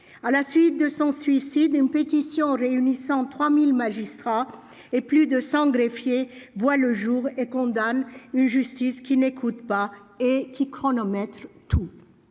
À la suite de son suicide, une pétition réunissant 3 000 magistrats et plus de 100 greffiers a vu le jour pour condamner une justice qui n'écoute pas et qui chronomètre tout.